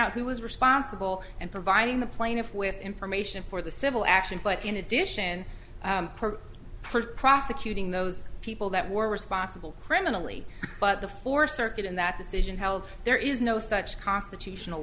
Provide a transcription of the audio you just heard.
out who was responsible and providing the plaintiff with information for the civil action but in addition for prosecuting those people that were responsible criminally but the fourth circuit in that decision held there is no such constitutional